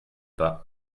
pas